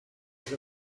with